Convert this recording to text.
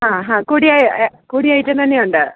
ആഹാ കൂടിയ ഐറ്റം തന്നെയുണ്ട്